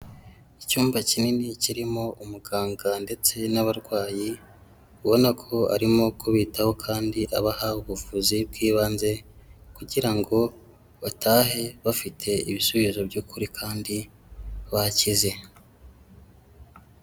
Icyumba kinini kirimo umuganga ndetse n'abarwayi, ubona ko arimo kubitaho kandi abaha ubuvuzi bw'ibanze, kugira ngo batahe bafite ibisubizo by'ukuri, kandi bakize.